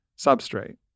substrate